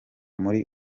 muri